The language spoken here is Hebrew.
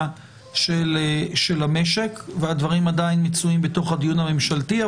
של המשק והדברים עדיין מצויים בתוך הדיון הממשלתי,